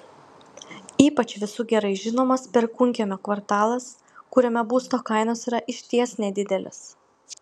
ypač visų gerai žinomas perkūnkiemio kvartalas kuriame būsto kainos yra išties nedidelės